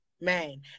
Man